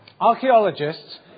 archaeologists